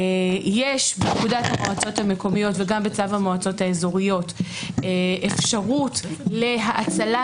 יש בפקודת המועצות המקומיות וגם בצו המועצות האזוריות אפשרות להאצלת